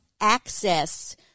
access